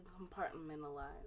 compartmentalize